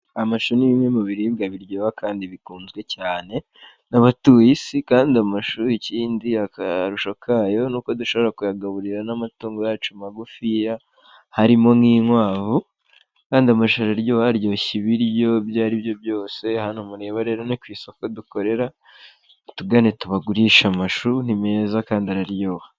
Amashu ni bimwe mu biribwa biryoha kandi bikunzwe cyane n'abatuye isi, kandi amashuri ikindi akarusho kayo ni uko dushobora kuyagaburira n'amatungo yacu magufiya harimo nk'inkwavu, kandi amashu araryoha aryoshya ibiryo ibyo ari byo byose, hano murebe rero ni ku isoko dukorera, mutugane tubagurisha amashu ni meza kandi araryoha.